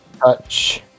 Touch